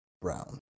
brown